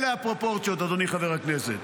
אלה הפרופורציות, אדוני חבר הכנסת.